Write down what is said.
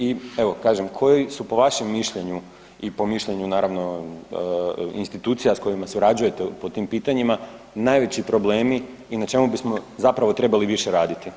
I evo, kažem, koji su po vašem mišljenju i po mišljenju naravno institucija s kojima surađujete po tim pitanjima, najveći problemi i na čemu bismo zapravo trebali više raditi?